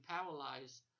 paralyzed